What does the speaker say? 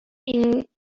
ingredients